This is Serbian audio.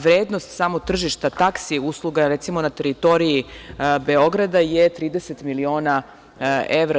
Vrednost samo tržišta taksi usluga, recimo, na teritoriji Beograda je 30 miliona evra.